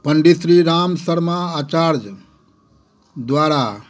पंडित श्री राम शर्मा आचार्य द्वारा